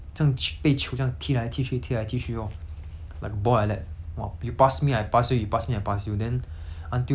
like ball like that !wah! you pass me I pass you you pass me I pass you then until like the day that err their trials